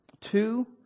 Two